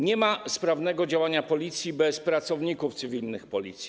Nie ma sprawnego działania Policji bez pracowników cywilnych Policji.